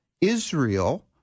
Israel